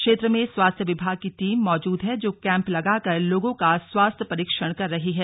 क्षेत्र में स्वास्थ्य विभाग की टीम मौजूद है जो कैंप लगाकर लोगों का स्वास्थ्य परीक्षण कर रही है